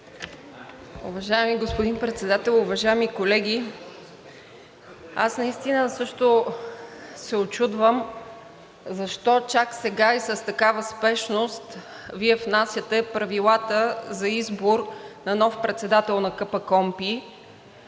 Уважаеми господин Председател, уважаеми колеги! Аз наистина също се учудвам защо чак сега и с такава спешност Вие внасяте правилата за избор на нов председател на КПКОНПИ,